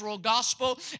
gospel